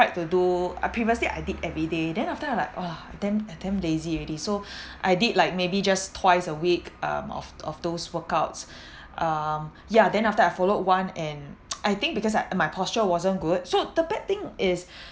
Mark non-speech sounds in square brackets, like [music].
to do I previously I did every day then after I'm like ah damn I damn lazy already so [breath] I did like maybe just twice a week um of of those workouts [breath] um ya then after I followed one and [noise] I think because I uh my posture wasn't good so the bad thing is